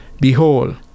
Behold